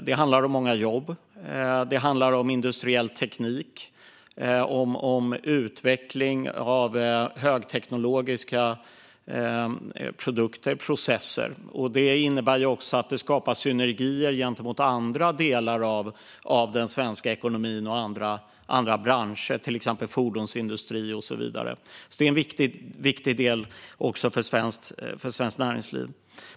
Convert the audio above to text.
Det handlar om många jobb, om industriell teknik och om utveckling av högteknologiska produkter och processer. Det innebär att det skapas synergier med andra delar av den svenska ekonomin och andra branscher, till exempel fordonsindustrin. Det är alltså en viktig del även för svenskt näringsliv.